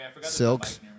Silks